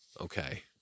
Okay